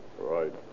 right